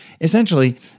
Essentially